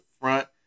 front